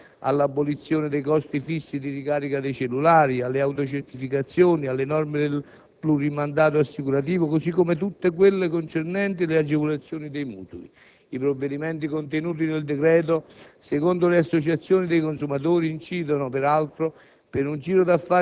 relative all'abolizione dei costi fissi di ricarica dei cellulari, alle autocertificazioni, alle norme del plurimandato assicurativo, come tutte quelle concernenti le agevolazioni dei mutui. I provvedimenti contenuti nel decreto-legge in esame, secondo le associazioni dei consumatori, incidono, peraltro,